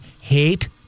hate